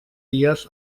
dies